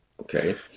okay